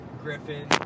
Griffin